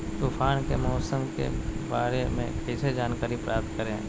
तूफान के मौसम के बारे में कैसे जानकारी प्राप्त करें?